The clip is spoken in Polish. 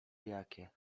jakie